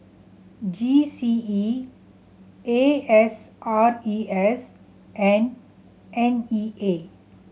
G C E A S R E S and N E A